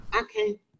Okay